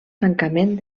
tancament